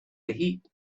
heat